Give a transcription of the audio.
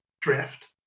drift